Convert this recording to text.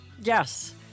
Yes